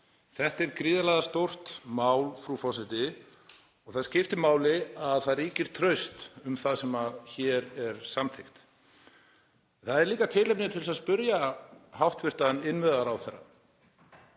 Þetta er gríðarlega stórt mál, frú forseti, og það skiptir máli að það ríki traust um það sem hér er samþykkt. Það er líka tilefni til að spyrja hæstv. innviðaráðherra